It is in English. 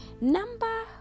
number